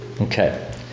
Okay